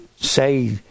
say